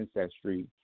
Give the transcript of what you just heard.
ancestry